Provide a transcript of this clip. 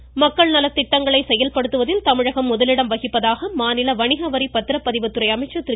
வீரமணி மக்கள் நலத்திட்டங்களை செயல்படுத்துவதில் தமிழகம் முதலிடம் வகிப்பதாக மாநில வணிகவரி பத்திரப்பதிவு துறை அமைச்சர் திரு